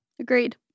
agreed